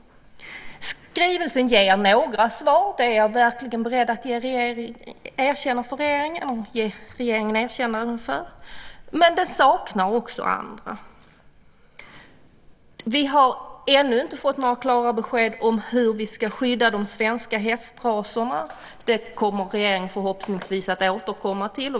Skrivelsen ger några svar - det är jag verkligen beredd att ge regeringen ett erkännande för - men det saknas också andra. Vi har ännu inte fått klara besked om hur vi ska skydda de svenska hästraserna. Det kommer regeringen förhoppningsvis att återkomma till.